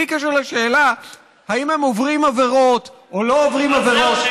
בלי קשר לשאלה אם הם עוברים עבירות או לא עוברים עבירות.